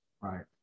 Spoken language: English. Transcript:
Right